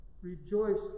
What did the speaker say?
Rejoice